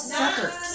suckers